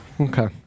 Okay